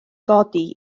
godi